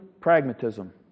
pragmatism